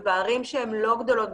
ובערים שהן לא גדולות,